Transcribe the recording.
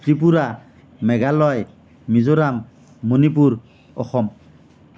Tripura Meghalaya Mizoram Manipur Assam